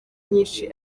nyinshi